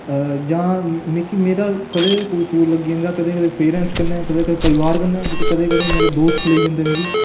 जां मिकी मेरा कदें कदें टूर लगी जंदा कदें कदें पेरेंटस कन्नै कदें कदें परिवार कन्नै कदें कदें मेरे दोस्तें लेई जंदे मिगी